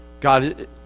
God